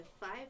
five